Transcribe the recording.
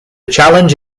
challenge